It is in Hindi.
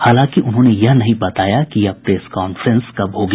हालांकि उन्होंने यह नहीं बताया कि यह प्रेस कांफ़ेंस कब होगी